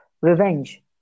revenge